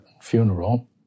funeral